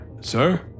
sir